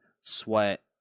sweat